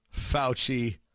Fauci